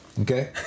Okay